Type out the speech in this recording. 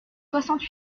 soixante